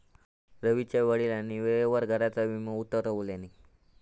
रवीच्या वडिलांनी वेळेवर घराचा विमो उतरवल्यानी